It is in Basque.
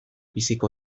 biziko